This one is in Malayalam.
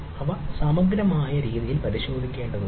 അവ സമഗ്രമായ രീതിയിൽ പരിശോധിക്കേണ്ടതുണ്ട്